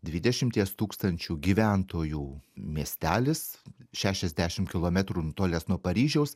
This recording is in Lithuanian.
dvidešimies tūkstančių gyventojų miestelis šešiasdešim kilometrų nutolęs nuo paryžiaus